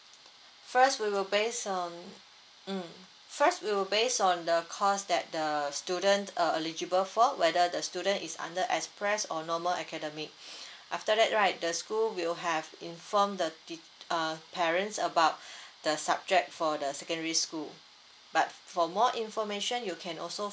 first we will base on mm first we will based on the course that the student uh eligible for whether the student is under express or normal academic after that right the school will have inform the teacher uh parents about the subject for the secondary school but for more information you can also